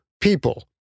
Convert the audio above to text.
people